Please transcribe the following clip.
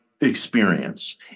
experience